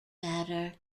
matter